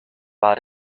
war